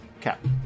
Cap